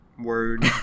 word